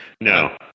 no